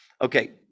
Okay